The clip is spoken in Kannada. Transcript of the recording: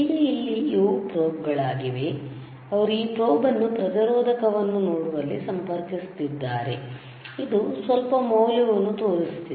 ಈಗ ಇಲ್ಲಿ ಇವು ಪ್ರೋಬ್ ಗಳಾಗಿವೆ ಅವರು ಈ ಪ್ರೋಬ್ ಅನ್ನು ಪ್ರತಿರೋಧಕವನ್ನು ನೋಡುವಲ್ಲಿ ಸಂಪರ್ಕಿಸುತ್ತಿದ್ದಾರೆ ಇದು ಸ್ವಲ್ಪ ಮೌಲ್ಯವನ್ನು ತೋರಿಸುತ್ತಿದೆ